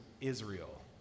Israel